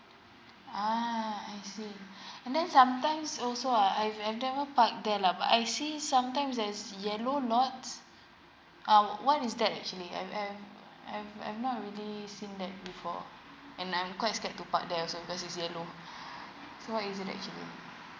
ah I see and then sometimes also I I've intended park there lah but I see sometimes there's yellow lot uh what is that actually and I'm I'm I'm really seen that before and I'm quite scared to park there also cause it's yellow so what is it actually